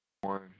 one